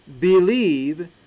believe